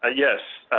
ah yes.